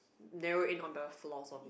kneel in on the floors